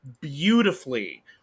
beautifully